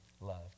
loved